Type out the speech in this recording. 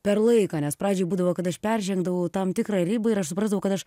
per laiką nes pradžioj būdavo kad aš peržengdavau tam tikrą ribą ir aš suprasdavau kad aš